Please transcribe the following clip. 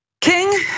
King